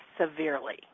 severely